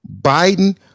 biden